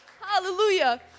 Hallelujah